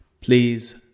please